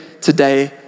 today